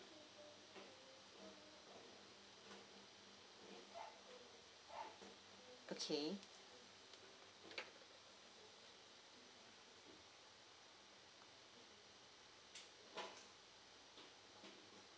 okay